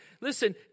Listen